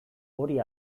hori